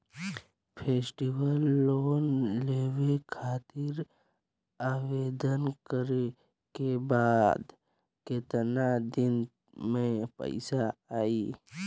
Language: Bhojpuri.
फेस्टीवल लोन लेवे खातिर आवेदन करे क बाद केतना दिन म पइसा आई?